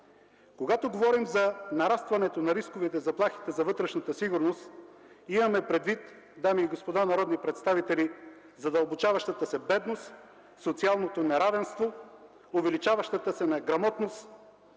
Когато говорим за нарастването на рисковете и заплахите за вътрешната сигурност, имаме предвид, дами и господа народни представители, задълбочаващата се бедност, социалното неравенство, увеличаващата се неграмотност,